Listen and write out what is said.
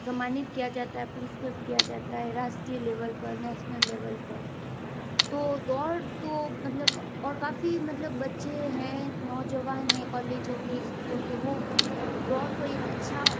सम्मानित किया जाता है पुरुस्कृत किया जाता है राष्ट्रीय लेवल पर नेशनल लेवल पर तो दौड़ तो मतलब और काफ़ी मतलब बच्चे हैं नौजवान है कॉलेजों के स्कूलों के वो दौड़ को एक अच्छा